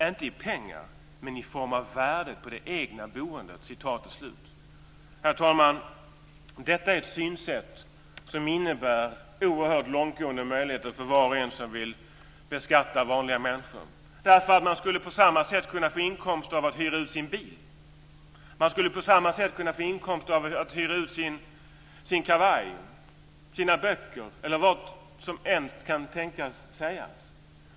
Inte i pengar men i form av värdet på det egna boendet." Herr talman! Detta är ett synsätt som innebär oerhört långtgående möjligheter för var och en som vill beskatta vanliga människor. På samma sätt skulle man nämligen kunna få inkomster av att hyra ut sin bil, sin kavaj, sina böcker eller vad som än kan tänkas sägas.